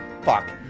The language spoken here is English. Fuck